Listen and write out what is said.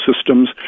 systems